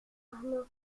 nos